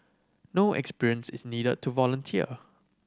no experience is needed to volunteer